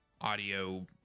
audio